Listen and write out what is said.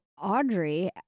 Audrey